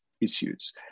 issues